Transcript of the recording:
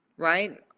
Right